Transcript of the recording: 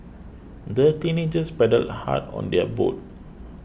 the teenagers paddled hard on their boat